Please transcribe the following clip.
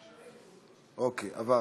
אוקיי, עברנו.